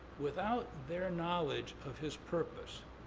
without their knowledge of his purpose,